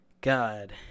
God